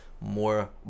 more